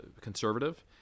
conservative